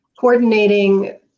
coordinating